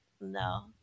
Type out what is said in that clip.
No